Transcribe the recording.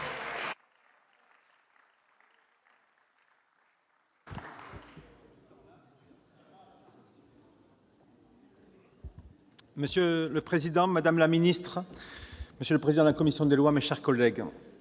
Monsieur le président, madame la ministre, monsieur le président de la commission des lois, monsieur le